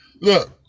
look